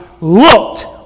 looked